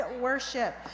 worship